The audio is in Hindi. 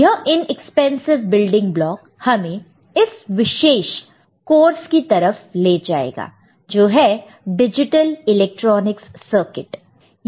यह इनएक्सपेंसिव बिल्डिंग ब्लॉक हमें इस विशेष कोर्स की तरफ ले जाएगा जो है डिजिटल इलेक्ट्रॉनिक्स सर्किट है